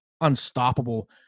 unstoppable